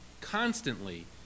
constantly